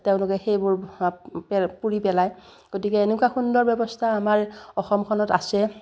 তেওঁলোকে সেইবোৰ পুৰি পেলায় গতিকে এনেকুৱা সুন্দৰ ব্যৱস্থা আমাৰ অসমখনত আছে